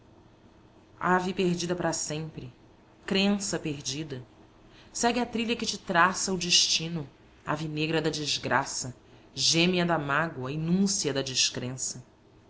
ave perdida para sempre crença perdida segue a trilha que te traça o destino ave negra da desgraça gêmea da mágoa e núncia da descrença